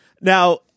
Now